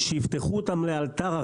שיפתחו אותם לאלתר עכשיו,